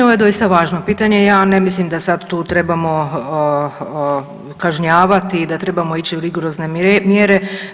Ovo je doista važno pitanje i ja ne mislim da tu sada trebamo kažnjavati i da trebamo ići u rigorozne mjere.